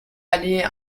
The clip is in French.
allait